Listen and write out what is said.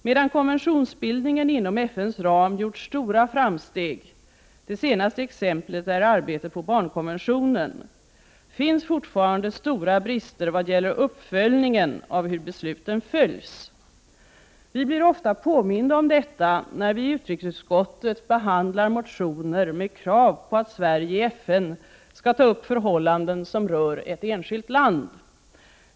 Medan konventionsbildningen inom FN:s ram gjort stora framsteg — det senaste exemplet är arbetet på barnkonventionen — finns fortfarande stora brister vad gäller uppföljningen av hur besluten följs. Vi blir ofta påminda om detta när vi i utrikesutskottet behandlar motioner med krav på att Sverige i FN skall ta upp förhållanden som rör ett enskilt land.